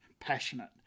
passionate